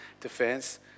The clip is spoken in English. defense